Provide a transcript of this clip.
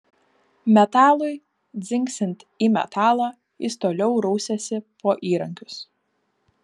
metalui dzingsint į metalą jis toliau rausėsi po įrankius